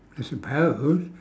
I suppose